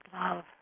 love